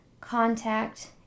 contact